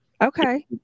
Okay